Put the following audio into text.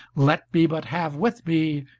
let me but have with me,